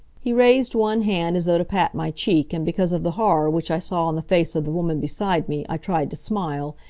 he raised one hand as though to pat my check and because of the horror which i saw on the face of the woman beside me i tried to smile,